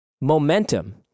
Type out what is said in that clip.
momentum